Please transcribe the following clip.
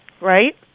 Right